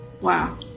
Wow